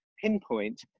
pinpoint